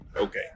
okay